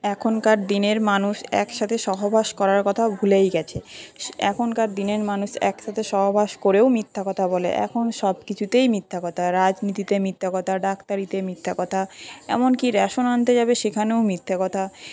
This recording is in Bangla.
এখনকার দিনের মানুষ একসাথে সহবাস করার কথা ভুলেই গেছে এখনকার দিনের মানুষ একসাথে সহবাস করেও মিথ্যা কথা বলে এখন সব কিছুতেই মিথ্যা কথা রাজনীতিতে মিথ্যা কথা ডাক্তারিতে মিথ্যা কথা এমনকি রেশন আনতে যাবে সেখানেও মিথ্যা কথা